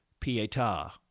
Pietà